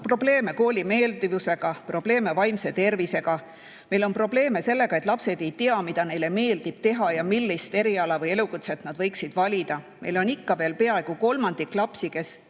probleeme kooli meeldivusega, on probleeme vaimse tervisega. Meil on probleeme sellega, et lapsed ei tea, mida neile meeldib teha ja millist eriala või elukutset nad võiksid valida. Meil on ikka veel peaaegu kolmandik lapsi, kes